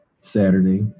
Saturday